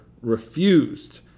refused